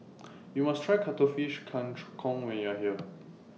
YOU must Try Cuttlefish Kang Kong when YOU Are here